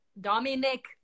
dominic